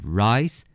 rice